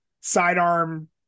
sidearm